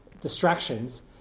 distractions